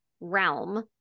realm